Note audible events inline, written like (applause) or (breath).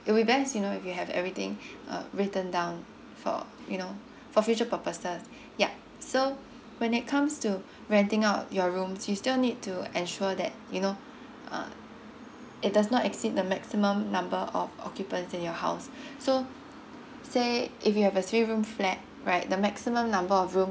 it'd be best you know if you have everything (breath) uh written down for you know for future purposes yup so when it comes to renting out your rooms you still need to ensure that you know uh it does not exceed the maximum number of occupants in your house (breath) so say if you have a three room flat right the maximum number of room